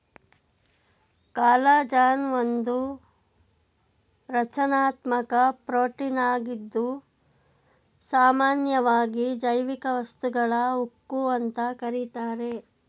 collagen ಒಂದು ರಚನಾತ್ಮಕ ಪ್ರೋಟೀನಾಗಿದ್ದು ಸಾಮನ್ಯವಾಗಿ ಜೈವಿಕ ವಸ್ತುಗಳ ಉಕ್ಕು ಅಂತ ಕರೀತಾರೆ